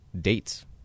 dates